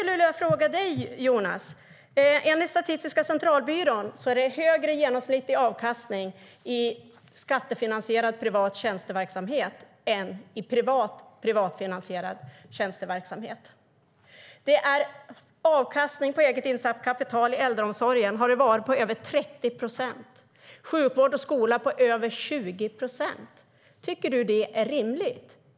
Enligt Statistiska centralbyrån är det högre genomsnittlig avkastning i skattefinansierad privat tjänsteverksamhet än i privatfinansierad privat tjänsteverksamhet. Avkastningen på eget insatt kapital i äldreomsorgen har varit över 30 procent. I sjukvård och skola har den varit över 20 procent. Är det rimligt, Jonas Jacobsson Gjörtler?